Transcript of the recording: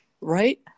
right